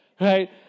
right